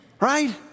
Right